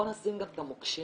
בואו נשים גם את המוקשים.